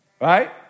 right